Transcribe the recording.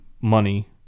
money